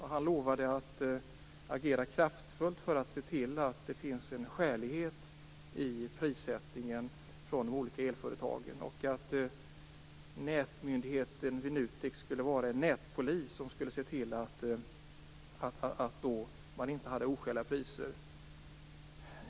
Han lovade att agera kraftfullt för att se till att det skulle finnas en skälighet i prissättningen hos de olika elföretagen. Nätmyndigheten vid NUTEK skulle vara en nätpolis som skulle se till att det inte var oskäliga priser.